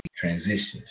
Transitions